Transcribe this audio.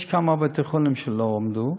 יש כמה בתי-חולים שלא עמדו,